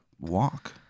walk